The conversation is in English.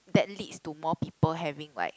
that leads to more people having like